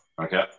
Okay